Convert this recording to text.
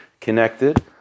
connected